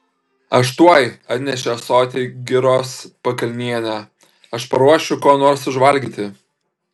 aš tuoj atnešė ąsotį giros pakalnienė aš paruošiu ko nors užvalgyti